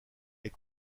est